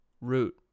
root